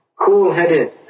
cool-headed